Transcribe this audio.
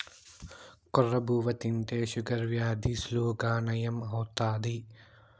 కొర్ర బువ్వ తింటే షుగర్ వ్యాధి సులువుగా నయం అవుతాది